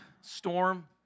storm